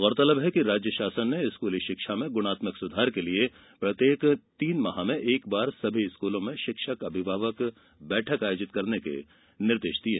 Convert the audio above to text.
गौरतलब है कि राज्य शासन ने स्कूली शिक्षा में गुणात्मक सुधार के लिये प्रत्येक तीन माह में एक बार सभी स्कूलों में शिक्षक अभिभावक बैठक आयोजित करने के निर्देश दिये हैं